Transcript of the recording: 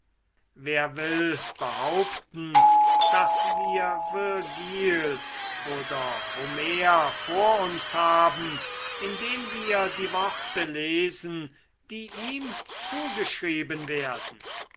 wer will behaupten daß wir virgil oder homer vor uns haben indem wir die worte lesen die ihm zugeschrieben werden